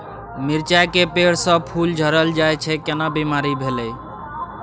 मिर्चाय के पेड़ स फूल झरल जाय छै केना बीमारी भेलई?